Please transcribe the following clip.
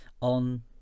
on